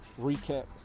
recap